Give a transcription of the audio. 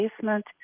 basement